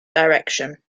direction